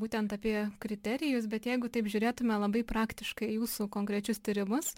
būtent apie kriterijus bet jeigu taip žiūrėtume labai praktiškai jūsų konkrečius tyrimus